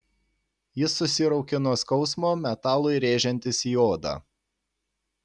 jis susiraukė nuo skausmo metalui rėžiantis į odą